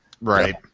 Right